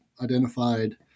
identified